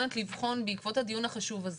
בעקבות הדיון החשוב הזה,